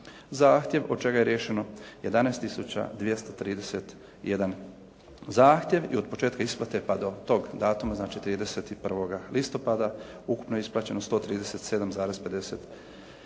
zahtjev od čega je riješeno 11 tisuća 231 zahtjev i od početka isplate pa do tog datuma, znači 31. listopada ukupno je isplaćeno 137,56